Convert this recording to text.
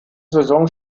saison